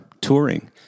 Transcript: touring